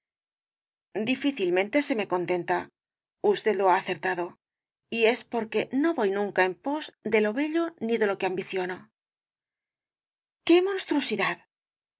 difícilmente se me contenta usted lo ha acertado y es por que no voy nunca en pos de lo bello ni de lo que ambiciono qué monstruosidad